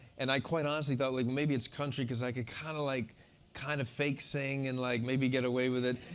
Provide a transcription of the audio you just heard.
and i quite honestly thought, like, well maybe it's country. because i could kind of like kind of fake sing and like maybe get away with it.